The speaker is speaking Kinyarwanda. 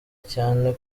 cyane